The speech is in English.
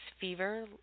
fever